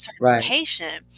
Right